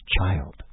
child